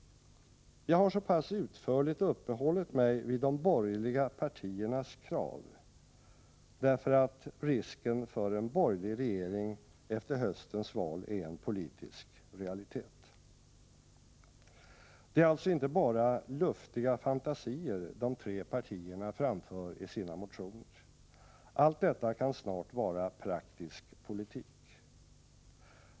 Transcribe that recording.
Jag har uppehållit mig vid de borgerliga partiernas krav så pass utförligt som jag har gjort, därför att risken för en borgerlig regering efter höstens val är en politisk realitet. Det är alltså inte bara luftiga fantasier de tre partierna framför i sina motioner. Allt detta kan snart vara praktisk politik.